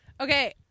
Okay